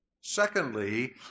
Secondly